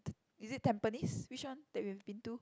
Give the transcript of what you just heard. t~ is it Tampines which one that we've been to